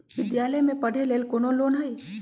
विद्यालय में पढ़े लेल कौनो लोन हई?